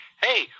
hey